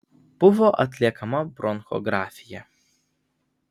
buvo atliekama bronchografija